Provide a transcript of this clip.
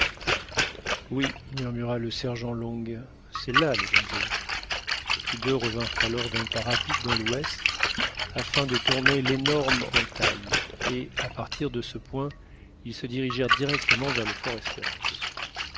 oui murmura le sergent long c'est là le danger tous deux revinrent alors d'un pas rapide dans l'ouest afin de tourner l'énorme entaille et à partir de ce point ils se dirigèrent directement vers le